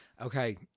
Okay